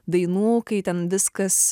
dainų kai ten viskas